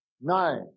Nine